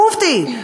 המופתי.